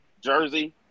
jersey